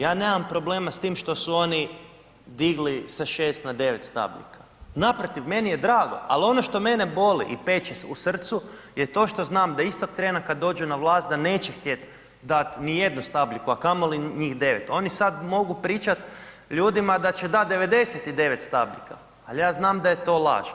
Ja nemam problema s tim što su oni digli sa 6 na 9 stabljika, naprotiv meni je drago, ali ono što mene boli i peče u srcu je to što znam da istog trena kad dođu na vlast da neće htjeti dat ni jednu stabljiku, a kamoli njih 9. Oni sad mogu pričat ljudima da će dati 99 stabljika, ali ja znam da je to laž.